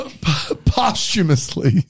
Posthumously